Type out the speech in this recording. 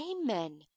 Amen